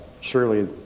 surely